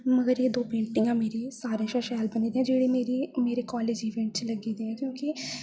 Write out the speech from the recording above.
मगर एह् दो पेंटिंगा मेरी सारे कोला शैल बनी दियां जेह्ड़ी मेरी मेरे कॉलेज इवेंट च लग्गी दियां न क्योंकि स्कूल